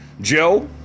Joe